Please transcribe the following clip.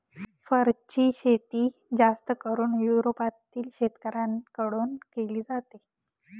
फरची शेती जास्त करून युरोपातील शेतकऱ्यांन कडून केली जाते